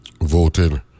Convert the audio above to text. voting